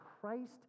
Christ